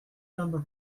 number